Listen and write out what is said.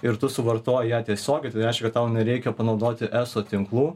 ir tu suvartoji ją tiesiogiai tai reiškia kad tau nereikia panaudoti eso tinklų